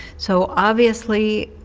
so, obviously,